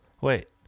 Wait